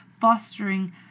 fostering